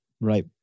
right